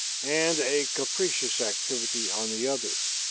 and a capricious activity on the other.